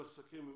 תודה.